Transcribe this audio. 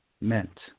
meant